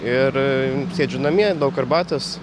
ir sėdžiu namie daug arbatos